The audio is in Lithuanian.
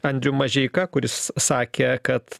andrium mažeika kuris sakė kad